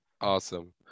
Awesome